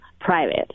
private